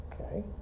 Okay